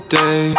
day